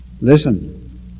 Listen